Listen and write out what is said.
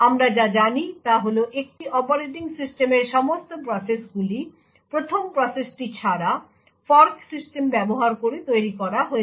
আমরা যা জানি তা হল একটি অপারেটিং সিস্টেমের সমস্ত প্রসেসগুলি 1ম প্রসেসটি ছাড়া ফর্ক সিস্টেম ব্যবহার করে তৈরি করা হয়েছে